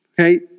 Okay